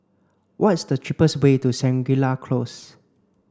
what is the cheapest way to Shangri La Close